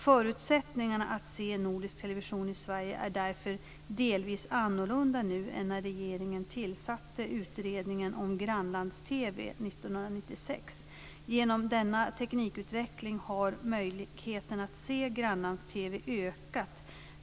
Förutsättningarna att se nordisk television i Sverige är därför delvis annorlunda nu än när regeringen tillsatte utredningen om grannlands-TV 1996. Genom denna teknikutveckling har möjligheten att se grannlands-TV ökat.